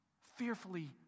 fearfully